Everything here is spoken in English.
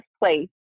place